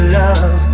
love